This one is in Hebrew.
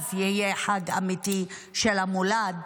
ואז יהיה חג אמיתי של המולד,